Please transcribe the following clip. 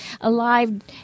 alive